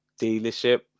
dealership